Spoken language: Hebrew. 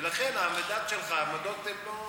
ולכן העמדות שלך הן לא נכונות.